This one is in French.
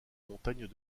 montagnes